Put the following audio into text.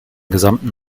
gesamten